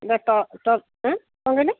ନା ଟ ଟ ଏଁ କ'ଣ କହିଲେ